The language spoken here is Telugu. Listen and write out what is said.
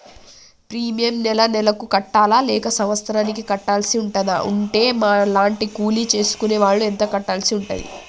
ప్రీమియం నెల నెలకు కట్టాలా లేక సంవత్సరానికి కట్టాల్సి ఉంటదా? ఉంటే మా లాంటి కూలి చేసుకునే వాళ్లు ఎంత కట్టాల్సి ఉంటది?